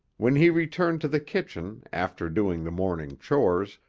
when he returned to the kitchen after doing the morning chores,